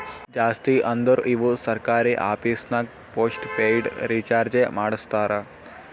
ಜಾಸ್ತಿ ಅಂದುರ್ ಇವು ಸರ್ಕಾರಿ ಆಫೀಸ್ನಾಗ್ ಪೋಸ್ಟ್ ಪೇಯ್ಡ್ ರೀಚಾರ್ಜೆ ಮಾಡಸ್ತಾರ